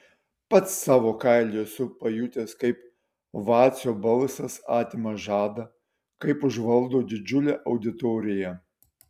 pats savo kailiu esu pajutęs kaip vacio balsas atima žadą kaip užvaldo didžiulę auditoriją